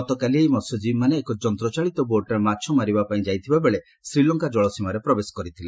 ଗତକାଲି ଏହି ମହ୍ୟଜୀବୀମାନେ ଏକ ଯନ୍ତଚାଳିତ ବୋଟ୍ରେ ମାଛ ମାରିବାପାଇଁ ଯାଇଥିବାବେଳେ ଶ୍ରୀଲଙ୍କା ଜଳସୀମାରେ ପ୍ରବେଶ କରିଥିଲେ